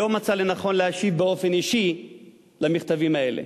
לא מצא לנכון להשיב באופן אישי על המכתבים האלה.